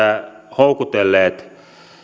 houkutelleet